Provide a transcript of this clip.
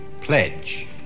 pledge